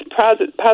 positive